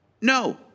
no